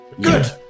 Good